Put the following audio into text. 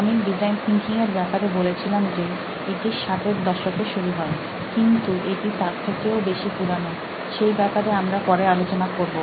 আমি design thinking এর ব্যাপারে বলেছিলাম যে এটি ষাটের দশকে শুরু হয় কিন্তু এটি তার থেকেও বেশি পুরানো সেই ব্যাপারে আমরা পরে আলোচনা করব